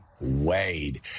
Wade